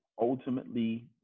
ultimately